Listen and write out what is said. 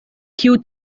kiu